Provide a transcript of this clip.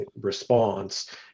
response